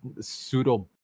pseudo